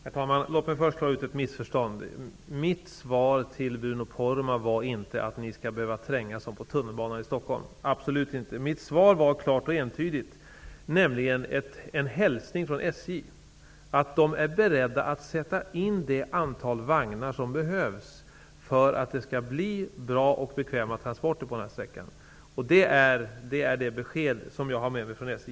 Herr talman! Låt mig först klara ut ett missförstånd. Mitt svar till Bruno Poromaa var inte att ni skall behöva trängas som på tunnelbanan i Stockholm, absolut inte. Mitt svar var klart och entydigt, nämligen en hälsning från SJ att de är beredda att sätta in det antal vagnar som behövs för att det skall bli bra och bekväma transporter på sträckan. Det är det besked som jag har med mig från SJ.